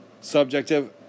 subjective